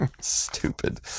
Stupid